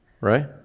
right